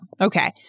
Okay